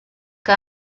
que